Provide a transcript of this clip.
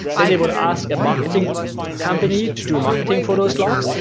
then it would ask a marketing company to do a marketing photo slocks.